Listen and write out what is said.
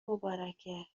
مبارکه